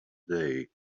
day